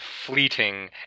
fleeting